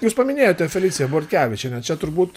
jūs paminėjote feliciją bortkevičienę čia turbūt